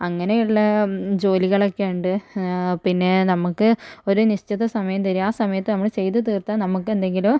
അങ്ങനെയുള്ള ജോലികളൊക്കെ ഉണ്ട് പിന്നെ നമുക്ക് ഒരു നിശ്ചിത സമയം തരും ആ സമയത്തു നമ്മൾ ചെയ്തു തീർത്താൽ നമുക്കെന്തെങ്കിലും